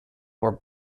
were